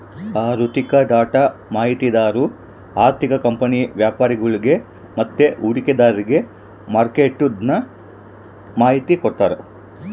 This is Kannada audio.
ಆಋಥಿಕ ಡೇಟಾ ಮಾಹಿತಿದಾರು ಆರ್ಥಿಕ ಕಂಪನಿ ವ್ಯಾಪರಿಗುಳ್ಗೆ ಮತ್ತೆ ಹೂಡಿಕೆದಾರ್ರಿಗೆ ಮಾರ್ಕೆಟ್ದು ಮಾಹಿತಿ ಕೊಡ್ತಾರ